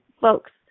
folks